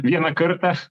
vieną kartą